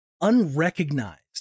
unrecognized